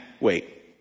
wait